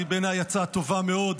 היא בעיניי הצעה טובה מאוד,